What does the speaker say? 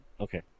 Okay